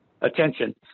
attention